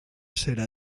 serà